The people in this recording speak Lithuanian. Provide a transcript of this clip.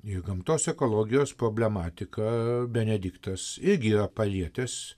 ir gamtos ekologijos problematiką benediktas įgijo palietęs